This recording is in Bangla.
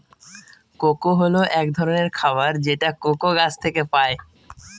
কোকো হল এক ধরনের খাবার যেটা কোকো গাছ থেকে পায়